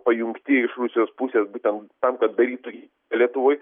pajungti iš rusijos pusės būtent tam kad darytų lietuvoj